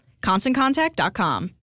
ConstantContact.com